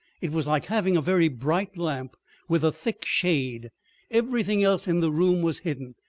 it was like having a very bright lamp with a thick shade everything else in the room was hidden.